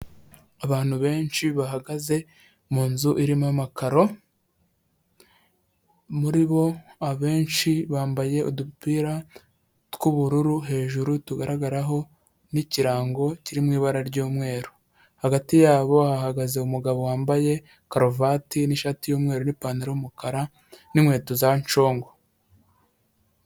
Abantu benshi bahagaze mu nzu irimo amakaro, muri bo abenshi bambaye udupira tw'ubururu hejuru tugaragara n'ikirango kiri mu ibara ry'umweru. Hagati ya bo hagaze umugabo wambaye karuvati n'ishati y'umweru n'ipantaro y'umukara, n'inkweto za congo.